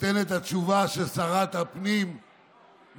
נותן את התשובה של שרת הפנים מימינה,